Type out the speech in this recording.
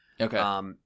Okay